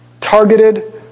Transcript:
targeted